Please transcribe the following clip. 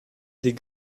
des